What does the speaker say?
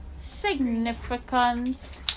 significant